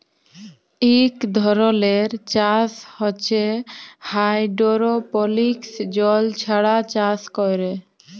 ইক ধরলের চাষ হছে হাইডোরোপলিক্স জল ছাড়া চাষ ক্যরে